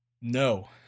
No